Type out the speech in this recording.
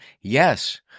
Yes